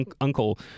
uncle